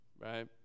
right